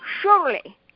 Surely